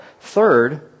Third